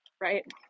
Right